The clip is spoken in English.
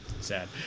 sad